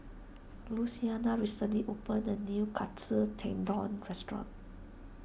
Luciana recently opened a new Katsu Tendon restaurant